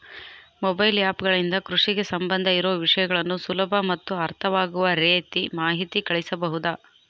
Mobile app ಗಳಿಂದ ಕೃಷಿಗೆ ಸಂಬಂಧ ಇರೊ ವಿಷಯಗಳನ್ನು ಸುಲಭ ಮತ್ತು ಅರ್ಥವಾಗುವ ರೇತಿ ಮಾಹಿತಿ ಕಳಿಸಬಹುದಾ?